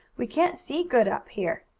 we can't see good up here.